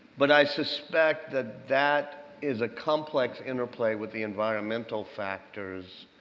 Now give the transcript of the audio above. but i suspect that that is a complex interplay with the environmental factors.